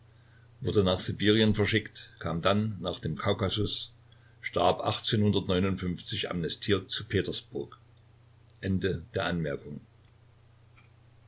wurde nach sibirien verschickt kam dann nach dem kaukasus starb amnestie zu petersburg anm